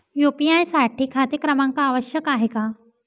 UPI साठी खाते क्रमांक आवश्यक आहे का?